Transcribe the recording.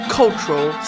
cultural